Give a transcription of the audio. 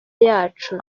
yacu